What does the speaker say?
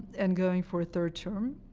and going for a third term,